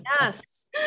yes